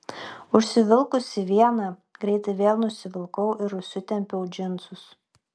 užsivilkusi vieną greitai vėl nusivilkau ir užsitempiau džinsus